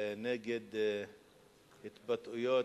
נגד התבטאויות